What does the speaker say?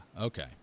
okay